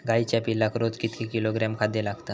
गाईच्या पिल्लाक रोज कितके किलोग्रॅम खाद्य लागता?